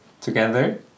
together